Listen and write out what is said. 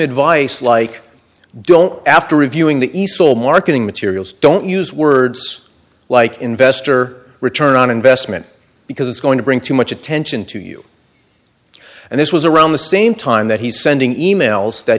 advice like don't after reviewing the easel marketing materials don't use words like investor return on investment because it's going to bring too much attention to you and this was around the same time that he's sending e mails that